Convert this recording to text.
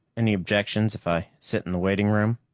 any objections if i sit in the waiting room?